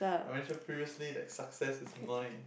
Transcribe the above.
I mentioned previously that the success is money